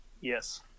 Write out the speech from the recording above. Yes